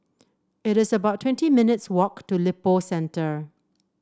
it is about twenty minutes' walk to Lippo Centre